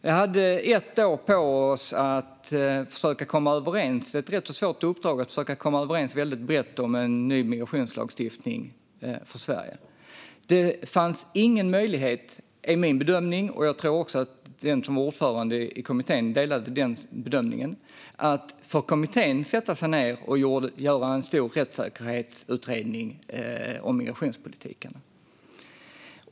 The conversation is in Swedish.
Vi hade ett år på oss i ett ganska svårt uppdrag: att försöka komma överens brett om en ny migrationslagstiftning för Sverige. Min bedömning - jag tror att ordföranden i kommittén delade den - är att det inte fanns någon möjlighet för kommittén att sätta sig ned och göra en stor rättssäkerhetsutredning om migrationspolitiken.